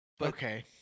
okay